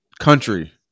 country